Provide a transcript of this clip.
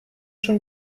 schon